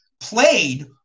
played